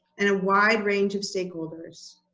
and a wide range of stakeholders.